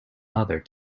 other